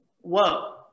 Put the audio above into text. whoa